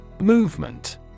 Movement